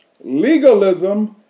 legalism